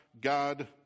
God